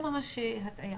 זה ממש הטעיה.